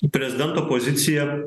prezidento pozicija